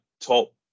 top